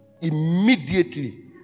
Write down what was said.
Immediately